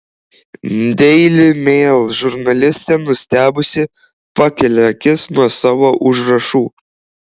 daily mail žurnalistė nustebusi pakelia akis nuo savo užrašų